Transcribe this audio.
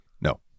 No